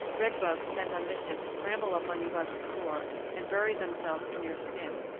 redbugs bent on mischief scramble up on you by the score and bury themselves in your skin,